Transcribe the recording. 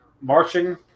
marching